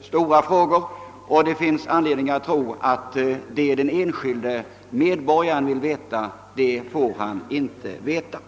stora frågor och det finns anledning att tro att den enskilde medborgaren inte får veta det han vill veta.